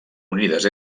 unides